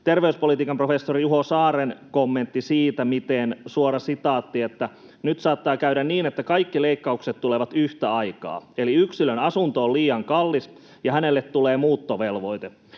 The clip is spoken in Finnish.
terveyspolitiikan professori Juho Saaren kommentti: ”Nyt saattaa käydä niin, että ne kaikki leikkaukset tulevat yhtä aikaa. Eli yksilön asunto on liian kallis, ja hänelle tulee muuttovelvoite.